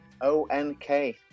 O-N-K